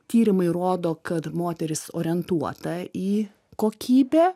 tyrimai rodo kad moteris orientuota į kokybę